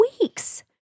weeks